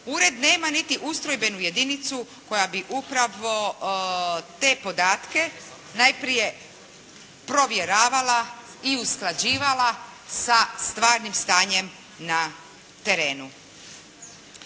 Ured nema niti ustrojbenu jedinicu koja bi upravo te podatke najprije provjeravala i usklađivala sa stvarnim stanjem na terenu.